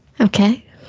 Okay